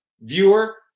viewer